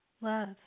love